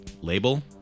label